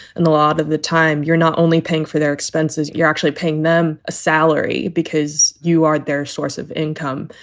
and a lot of the time, you're not only paying for their expenses, you're actually paying them a salary because you are their source of income.